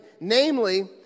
Namely